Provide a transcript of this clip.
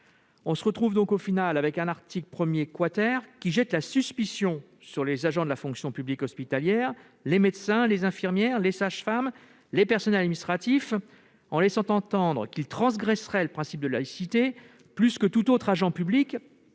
On se retrouve donc avec un article 1 qui jette la suspicion sur les agents de la fonction publique hospitalière, les médecins, les infirmières, les sages-femmes et les personnels administratifs, en laissant entendre qu'ils transgresseraient le principe de laïcité plus que tous les autres agents publics.